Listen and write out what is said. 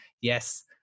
yes